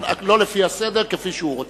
לא לפי הסדר, כפי שהוא רוצה.